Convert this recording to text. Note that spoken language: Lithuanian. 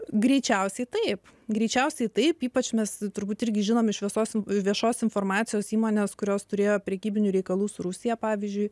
greičiausiai taip greičiausiai taip ypač mes turbūt irgi žinome iš visos viešos informacijos įmonėms kurios turėjo prekybinių reikalų su rusija pavyzdžiui